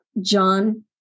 John